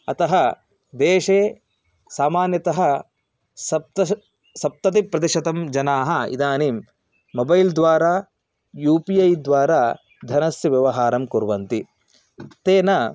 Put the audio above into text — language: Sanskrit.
अतः देशे सामान्यतः सप्तश सप्ततिप्रतिशतं जनाः इदानीं मोबैल्द्वारा यू पि ऐद्वारा धनस्य व्यवहारं कुर्वन्ति तेन